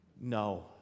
No